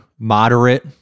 moderate